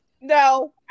No